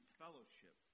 fellowship